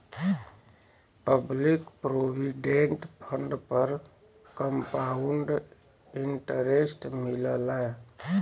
public provident fund पर compound interest मिलला